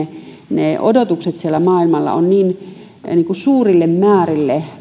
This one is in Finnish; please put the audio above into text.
ne odotukset siellä maailmalla ovat niin suurille määrille